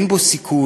אין בו סיכוי,